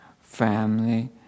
family